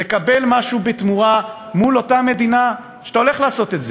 תקבל משהו בתמורה מול אותה מדינה שאתה הולך לעשות אתה את זה,